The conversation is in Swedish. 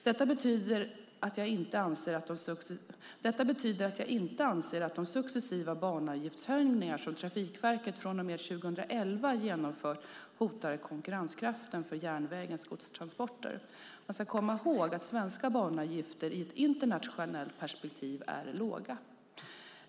Detta betyder att jag inte anser att de successiva banavgiftshöjningar som Trafikverket från och med 2011 genomför hotar konkurrenskraften för järnvägens godstransporter. Man ska komma ihåg att svenska banavgifter i ett internationellt perspektiv är låga.